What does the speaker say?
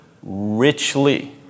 Richly